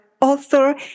author